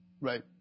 Right